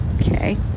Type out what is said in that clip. okay